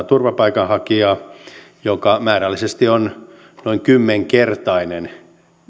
turvapaikanhakijaa mikä määrällisesti on noin kymmenkertainen